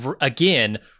again